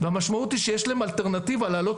והמשמעות היא שיש להם אלטרנטיבה לעלות